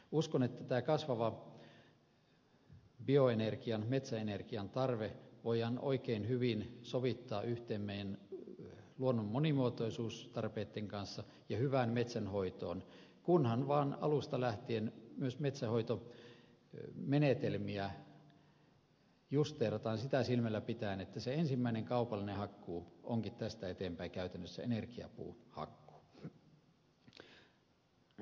uskon että tämä kasvava bioenergian metsäenergian tarve voidaan oikein hyvin sovittaa yhteen meidän luonnon monimuotoisuustarpeitten kanssa ja hyvään metsänhoitoon kunhan vaan alusta lähtien myös metsänhoitomenetelmiä justeerataan sitä silmällä pitäen että se ensimmäinen kaupallinen hakkuu onkin tästä eteenpäin käytännössä energiapuuhakkuu